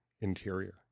interior